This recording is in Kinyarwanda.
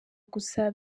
gusa